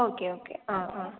okay okay ആ ആ